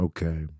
Okay